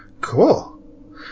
Cool